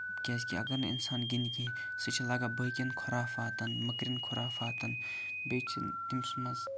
کیٛازِ کہِ اَگر نہٕ اِنسان گِنٛدی کیٚنٛہہ سُہ چھُ لگان باقین کھُرافاتن مٔکرین کھُرافاتن بیٚیہِ چھِنہٕ تٔمِس منٛز